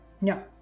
No